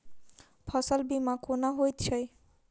फसल बीमा कोना होइत छै?